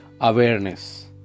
awareness